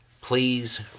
Please